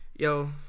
Yo